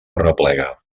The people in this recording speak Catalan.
arreplega